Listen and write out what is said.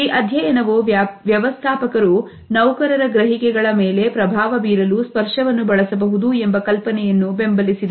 ಈ ಅಧ್ಯಯನವು ವ್ಯವಸ್ಥಾಪಕರು ನೌಕರರ ಗ್ರಹಿಕೆಗಳ ಮೇಲೆ ಪ್ರಭಾವ ಬೀರಲು ಸ್ಪರ್ಶವನ್ನು ಬಳಸಬಹುದು ಎಂಬ ಕಲ್ಪನೆಯನ್ನು ಬೆಂಬಲಿಸಿದೆ